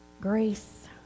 grace